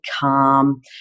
calm